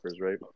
right